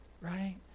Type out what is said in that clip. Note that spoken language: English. right